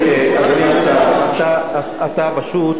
אתה פשוט מקדים,